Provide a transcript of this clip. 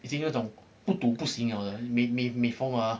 已经那种不赌不行了的有人每每每逢啊